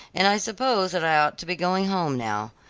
and i suppose that i ought to be going home now.